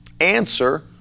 Answer